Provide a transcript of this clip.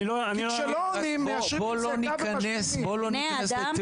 כי כשלא עונים אז מיישרים קו עם זה ומשלימים.